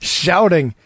shouting